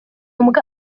mbwa